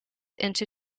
into